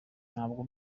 ntabwo